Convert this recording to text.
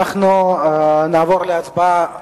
אנחנו נעבור להצבעה.